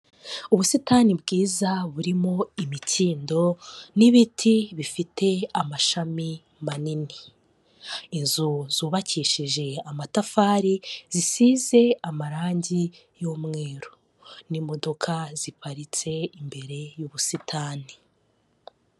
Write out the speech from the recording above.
Ubusitani bwiza burimo imikindo n'ibiti bifite amashami manini. Inzu zubakishije amatafari zisize amarangi y'umweru, n'imodoka ziparitse imbere y'ubusitani.